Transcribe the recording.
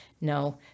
no